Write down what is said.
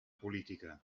política